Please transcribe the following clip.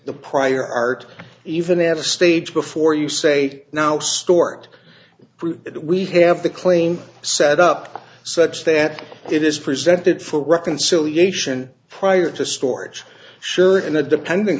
the prior art even at a stage before you say now stuart prove it we have the claim set up such that it is presented for reconciliation prior to storage sure in a dependent